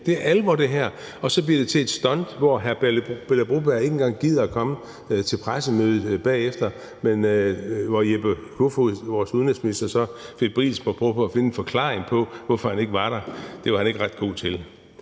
Det er alvor det her. Og så bliver det til et stunt, hvor hr. Pele Broberg ikke engang gider at komme til pressemødet bagefter, men hvor vores udenrigsminister så febrilsk måtte prøve på at finde en forklaring på, hvorfor han ikke var der. Det var han ikke ret god til.